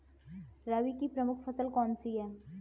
रबी की प्रमुख फसल कौन सी है?